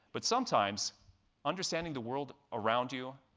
but sometimes understanding the world around you,